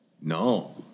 No